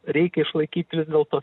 reikia išlaikyt vis dėlto